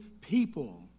people